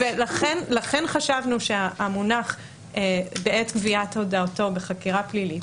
לכן חשבנו שהמונח "בעת גביית הודעתו בחקירה פלילית",